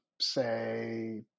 say